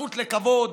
הזכות לכבוד,